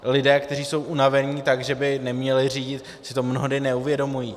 Lidé, kteří jsou unavení tak, že by neměli řídit, si to mnohdy neuvědomují.